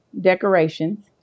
decorations